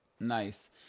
nice